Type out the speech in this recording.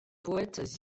poètes